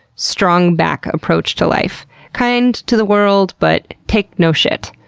strong back approach to life kind to the world but take no shit.